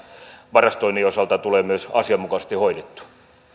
varastoinnin osalta tulee myös asianmukaisesti hoidettua